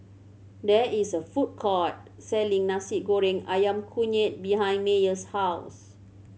there is a food court selling Nasi Goreng Ayam Kunyit behind Meyer's house